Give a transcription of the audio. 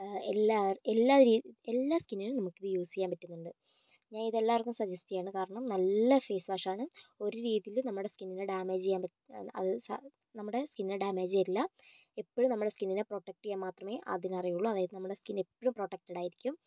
എല്ലാവ എല്ലാ രീ എല്ലാ സ്കിന്നിനും നമുക്കിത് യൂസ് ചെയ്യാൻ പറ്റുന്നുണ്ട് ഞാനിത് എല്ലാവർക്കും സജസ്റ്റ് ചെയ്യുകയാണ് കാരണം നല്ല ഫെയ്സ്വാഷ് ആണ് ഒരു രീതിയിലും നമ്മുടെ സ്കിന്നിന് ഡാമേജ് ചെയ്യാൻ അത് നമ്മളുടെ സ്കിന്നിന് ഡാമേജ് തരില്ല എപ്പോഴും നമ്മളുടെ സ്കിന്നിനെ പ്രൊട്ടക്ട് ചെയ്യാൻ മാത്രമേ അതിന് അറിയുകയുള്ളൂ അതായത് നമ്മളുടെ സ്കിൻ എപ്പോഴും പ്രൊട്ടക്റ്റഡ് ആയിരിക്കും